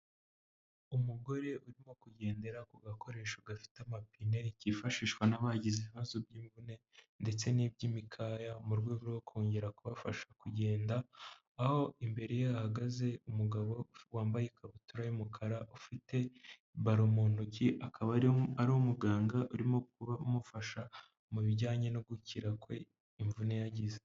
Umugore urimo kugendera ku gakoresho gafite amapine kifashishwa n'abagize ibibazo by'imvune ndetse n'iby'imikaya, mu rwego rwo kongera kubafasha kugenda, aho imbere ye hahagaze umugabo wambaye ikabutura y'umukara ufite balo mu ntoki, akaba ari umuganga urimo kuba umufasha mu bijyanye no gukira kwe, imvune yagize.